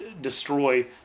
destroy